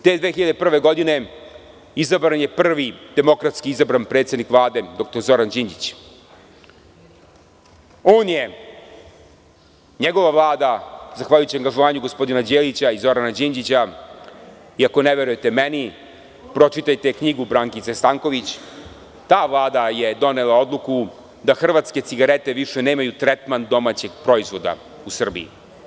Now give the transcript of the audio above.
Te 2001. godine izabran je prvi demokratski predsednik Vlade dr Zoran Đinđić i on je, njegova Vlada, zahvaljujući angažovanju gospodina Đelića i Zorana Đinđića i ako ne verujete meni, pročitajte knjigu Brankice Stanković, ta vlada je donela odluku da hrvatske cigarete više nemaju tretman domaćeg proizvoda u Srbiji.